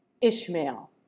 Ishmael